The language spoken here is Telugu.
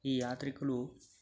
ఈ యాత్రికులు